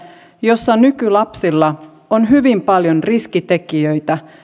jossa nykylapsilla on hyvin paljon riskitekijöitä